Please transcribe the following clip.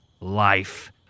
life